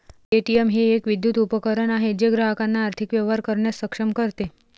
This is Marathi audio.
ए.टी.एम हे एक विद्युत उपकरण आहे जे ग्राहकांना आर्थिक व्यवहार करण्यास सक्षम करते